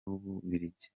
w’ububiligi